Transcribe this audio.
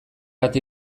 ate